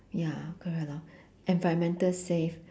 ya correct lor environmental safe